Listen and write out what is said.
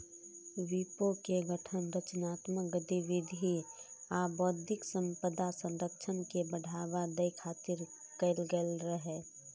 विपो के गठन रचनात्मक गतिविधि आ बौद्धिक संपदा संरक्षण के बढ़ावा दै खातिर कैल गेल रहै